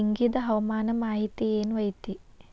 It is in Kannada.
ಇಗಿಂದ್ ಹವಾಮಾನ ಮಾಹಿತಿ ಏನು ಐತಿ?